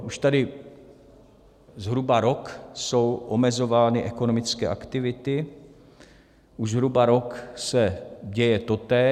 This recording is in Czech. Už tady zhruba rok jsou omezovány ekonomické aktivity, už zhruba rok se děje totéž.